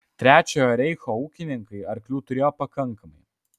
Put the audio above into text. trečiojo reicho ūkininkai arklių turėjo pakankamai